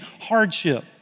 hardship